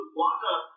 water